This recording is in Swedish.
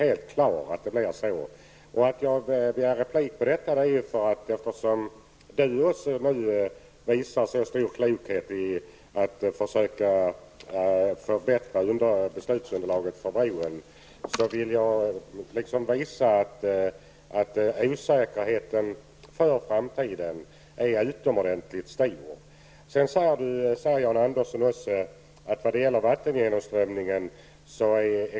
Eftersom Jan Andersson visar så stor klokhet när det gäller att förbättra beslutsunderlaget, begärde jag replik för att visa att osäkerheten inför framtiden är utomordentligt stor. Jan Andersson sade vidare att experterna är oeniga när det gäller vattengenomströmningen.